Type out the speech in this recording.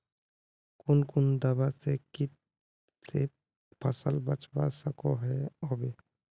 कुन कुन दवा से किट से फसल बचवा सकोहो होबे?